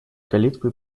калитку